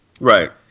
Right